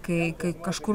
kai kai kažkur